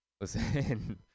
listen